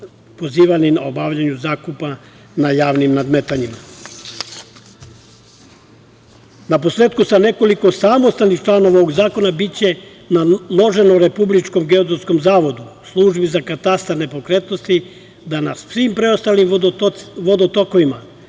pozivali na obavljanje zakupa na javnim nadmetanjima. Na posletku sa nekoliko samostalnih članova ovog zakona biće naloženo Republičkom geodetskom zavodu, Službi za katastar nepokretnosti da na svim preostalim vodotokovima,